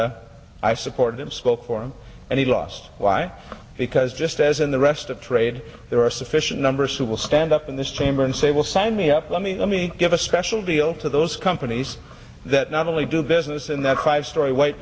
i supported him spoke for him and he lost why because just as in the rest of trade there are sufficient numbers who will stand up in this chamber and say will sign me up let me let me give a special deal to those companies that not only do business in that five story white